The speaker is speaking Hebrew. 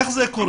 איך זה קורה?